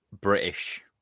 British